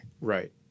Right